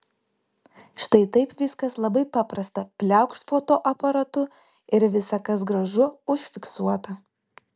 štai taip viskas labai paprasta pliaukšt fotoaparatu ir visa kas gražu užfiksuota